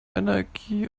energie